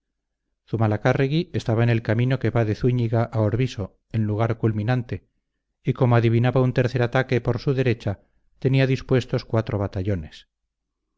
e iturralde zumalacárregui estaba en el camino que va de zúñiga a orbiso en lugar culminante y como adivinaba un tercer ataque por su derecha tenía dispuestos cuatro batallones